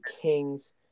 Kings